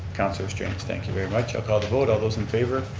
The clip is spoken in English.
councillor strange, thank you very much. i'll call the vote, all those in favor.